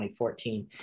2014